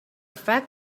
fact